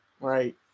right